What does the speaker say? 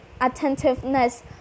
attentiveness